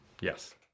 Yes